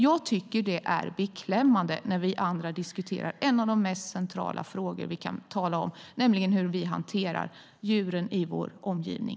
Jag tycker att det är beklämmande när vi andra diskuterar en av de mest centrala frågor vi kan tala om, nämligen hur vi hanterar djuren i vår omgivning.